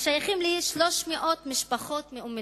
השייכים לכ-300 משפחות מאום-אל-פחם,